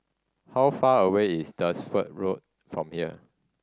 how far away is Dunsfold Road from here